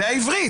זה העברית.